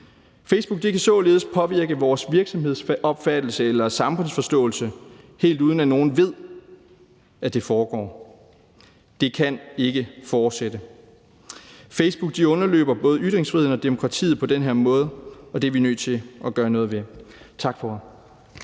Facebook kan således påvirke vores virksomhedsopfattelse eller samfundsforståelse, helt uden at nogen ved, at det foregår. Det kan ikke fortsætte. Facebook underløber både ytringsfriheden og demokratiet på den her måde, og det er vi nødt til at gøre noget ved. Tak for